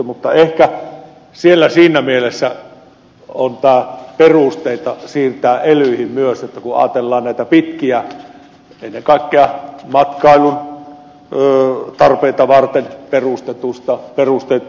mutta ehkä siinä mielessä on perusteita siirtää se elyille kun ajatellaan näitä ennen kaikkea matkailun tarpeita varten perustettuja pitkiä reittejä